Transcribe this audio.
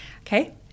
Okay